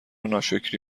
ناشکری